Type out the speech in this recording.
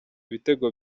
ibitego